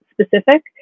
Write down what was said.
specific